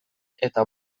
eta